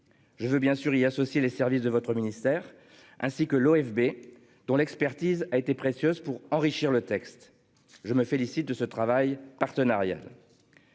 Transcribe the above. Je veux bien sûr y associer les services de votre ministère ainsi que l'OFB dont l'expertise a été précieuse pour enrichir le texte, je me félicite de ce travail partenarial.